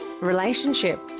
Relationship